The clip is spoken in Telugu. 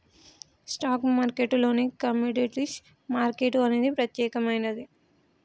స్టాక్ మార్కెట్టులోనే కమోడిటీస్ మార్కెట్ అనేది ప్రత్యేకమైనది